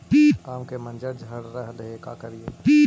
आम के मंजर झड़ रहले हे का करियै?